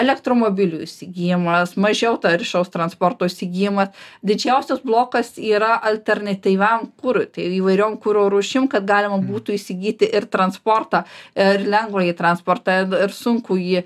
elektromobilių įsigijimas mažiau taršaus transporto įsigijimas didžiausias blokas yra alternatyviam kurui ir įvairiom kuro rūšim kad galima būtų įsigyti ir transportą ir lengvąjį transportą ir sunkųjį